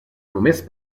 només